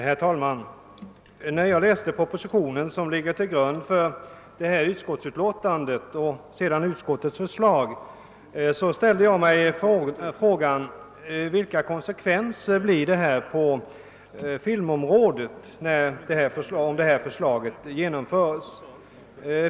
Herr talman! När jag läste den proposition som ligger till grund för förevarande utskottsutlåtande och sedan utskottets förslag, ställde jag mig frågan, vilka konsekvenser ett genomförande av detta förslag skulle få på filmområdet.